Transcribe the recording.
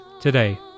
today